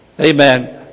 Amen